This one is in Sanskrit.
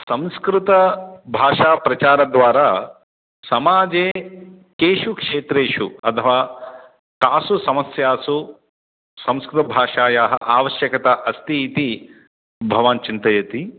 संस्कृतभाषाप्रचारद्वारा समाजे केषु क्षेत्रेषु अथवा कासु समस्यासु संस्कृतभाषायाः आवश्यकता अस्ति इति भवान् चिन्तयति